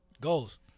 goals